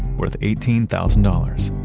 worth eighteen thousand dollars.